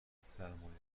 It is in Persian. سرمایهگذارهای